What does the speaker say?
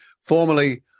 formerly